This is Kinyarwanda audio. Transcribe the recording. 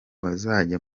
bazajya